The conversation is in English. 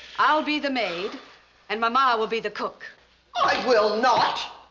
i'll be the maid and mama will be the cook. i will not!